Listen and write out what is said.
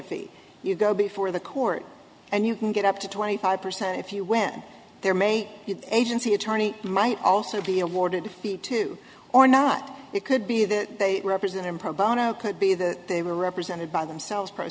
fee you go before the court and you can get up to twenty five percent if you win there may be agencies attorney might also be awarded the two or not it could be that they represent him pro bono could be that they were represented by themselves pro